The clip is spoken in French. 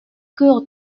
cours